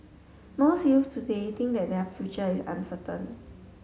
most youths today think that their future is uncertain